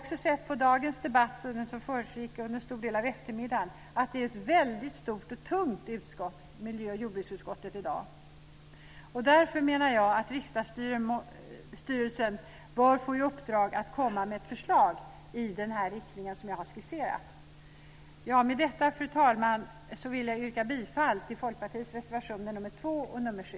Av den debatt som försiggick under en stor del av eftermiddagen har vi förstått att detta i dag är ett väldigt stort och tungt utskott. Därför menar jag att riksdagsstyrelsen bör få i uppdrag att komma med ett förslag i den riktning som jag har skisserat. Med detta, fru talman, yrkar jag bifall till Folkpartiets reservationer nr 2 och nr 7.